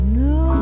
no